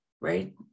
right